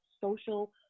social